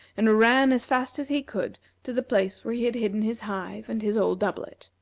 and ran as fast as he could to the place where he had hidden his hive and his old doublet.